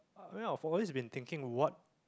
well for all this been thinking what